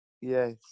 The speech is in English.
Yes